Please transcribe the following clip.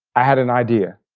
i had an idea.